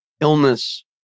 illness